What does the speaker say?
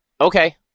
okay